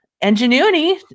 Ingenuity